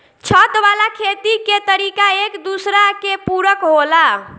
छत वाला खेती के तरीका एक दूसरा के पूरक होला